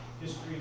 History